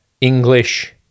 English